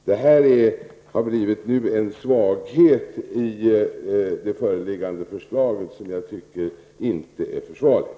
Detta har blivit en svaghet i det föreliggande förslaget, som jag inte tycker är försvarlig.